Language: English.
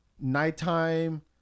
nighttime